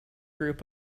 group